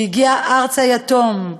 שהגיע ארצה יתום,